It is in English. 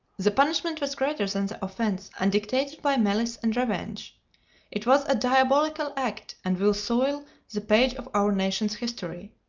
the punishment was greater than the offense, and dictated by malice and revenge it was a diabolical act, and will soil the page of our nation's history.